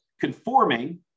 conforming